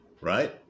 right